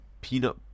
peanut